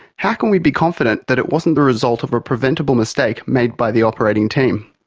how can we be confident that it wasn't the result of a preventable mistake made by the operating team?